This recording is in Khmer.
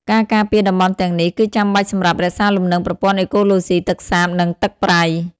ការការពារតំបន់ទាំងនេះ គឺចាំបាច់សម្រាប់រក្សាលំនឹងប្រព័ន្ធអេកូឡូស៊ីទឹកសាប និងទឹកប្រៃ។